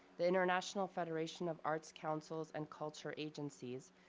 the international federation of arts councils and culture agencies,